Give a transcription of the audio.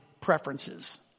preferences